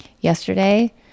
yesterday